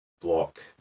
block